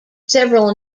several